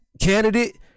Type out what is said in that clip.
candidate